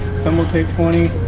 some will take twenty,